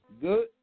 Good